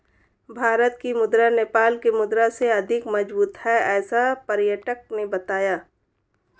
भारत की मुद्रा नेपाल के मुद्रा से अधिक मजबूत है ऐसा पर्यटक ने बताया